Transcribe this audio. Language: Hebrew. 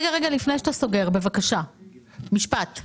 הישיבה ננעלה בשעה 13:29.